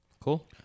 Cool